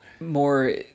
More